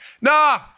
Nah